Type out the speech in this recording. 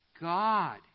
God